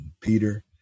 Peter